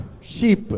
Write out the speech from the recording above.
sheep